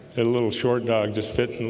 a little short dog just fit in